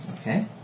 okay